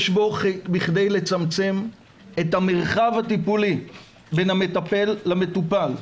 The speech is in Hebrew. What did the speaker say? יש בו בכדי לצמצם את המרחב הטיפולי בין המטפל והמטופל,